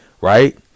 right